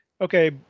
okay